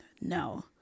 No